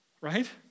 right